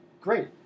Great